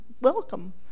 welcome